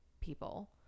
people